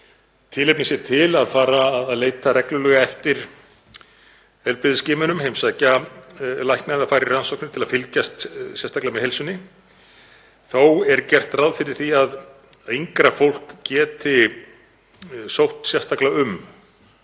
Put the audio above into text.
tilefni sé til að fara að leita reglulega eftir heilbrigðisskimunum, heimsækja lækna eða fara í rannsóknir til að fylgjast sérstaklega með heilsunni. Þó er gert ráð fyrir því að yngra fólk geti sótt sérstaklega um